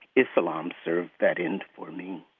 islam served that end for me.